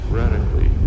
radically